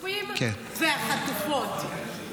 --- החטופים והחטופות,